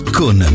con